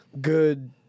good